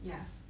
ya